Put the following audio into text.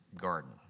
garden